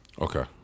Okay